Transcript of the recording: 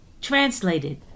translated